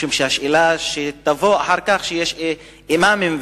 משום שהשאלה שתבוא אחר כך היא שיש אימאמים